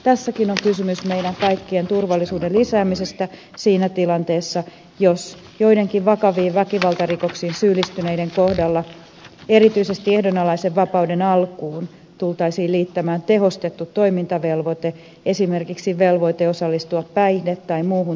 tässäkin on kysymys meidän kaikkien turvallisuuden lisäämisestä siinä tilanteessa jos joidenkin vakaviin väkivaltarikoksiin syyllistyneiden kohdalla erityisesti ehdonalaisen vapauden alkuun tultaisiin liittämään tehostettu toimintavelvoite esimerkiksi velvoite osallistua päihde tai muuhun toimintaohjelmaan